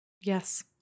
Yes